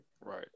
Right